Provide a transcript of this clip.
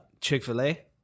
chick-fil-a